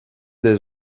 des